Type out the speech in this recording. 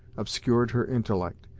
obscured her intellect,